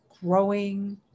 growing